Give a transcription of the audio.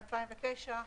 מ-2009,